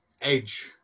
edge